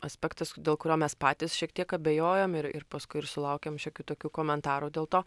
aspektas dėl kurio mes patys šiek tiek abejojom ir ir paskui ir sulaukėm šiokių tokių komentarų dėl to